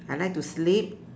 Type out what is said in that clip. I like to sleep